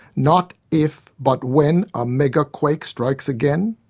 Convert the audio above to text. not if but when a mega quake strikes again?